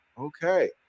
Okay